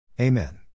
Amen